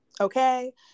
Okay